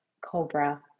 cobra